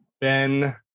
Ben